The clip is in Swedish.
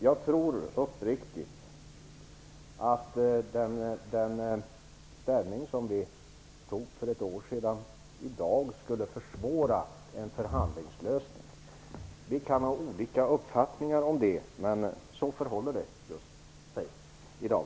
Jag tror uppriktigt att den ställning som vi tog för ett år sedan i dag skulle försvåra en förhandlingslösning. Vi kan ha olika uppfattningar om det, men så förhåller det sig i dag.